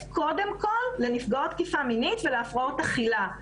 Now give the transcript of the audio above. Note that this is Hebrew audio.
קודם כל לנפגעות תקיפה מינית ולהפרעות אכילה.